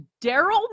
Daryl